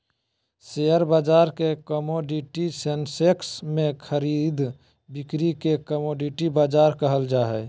share बाजार के commodity section में खरीद बिक्री के कमोडिटी बाजार कहल जा हइ